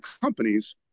companies